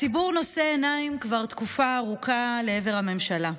הציבור נושא עיניים כבר תקופה ארוכה לעבר הממשלה.